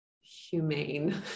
humane